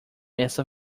essa